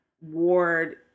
Ward